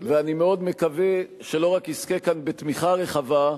ואני מאוד מקווה שהוא לא רק יזכה כאן בתמיכה רחבה,